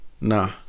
Nah